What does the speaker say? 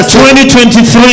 2023